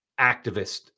activist